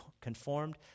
conformed